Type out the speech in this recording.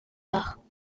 arts